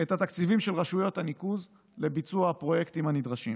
את התקציבים של רשויות הניקוז לביצוע הפרויקטים הנדרשים,